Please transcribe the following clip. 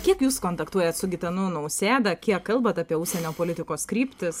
kiek jūs kontaktuojat su gitanu nausėda kiek kalbat apie užsienio politikos kryptis